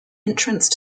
entrance